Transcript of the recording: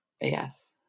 Yes